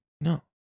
No